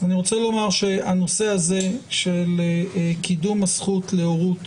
רוצה לומר שהנושא של קידום הזכות להורות